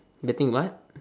betting what